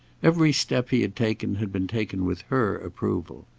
every step he had taken had been taken with her approval.